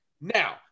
now